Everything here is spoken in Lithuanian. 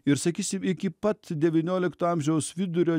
ir sakysim iki pat devyniolikto amžiaus vidurio